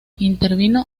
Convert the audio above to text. intervino